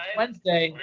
wednesday.